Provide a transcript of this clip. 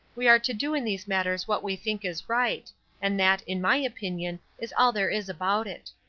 we are to do in these matters what we think is right and that, in my opinion, is all there is about it.